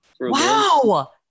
Wow